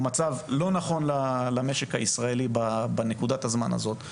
מצב לא נכון למשק הישראלי בנקודת הזמן הזאת,